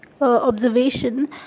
observation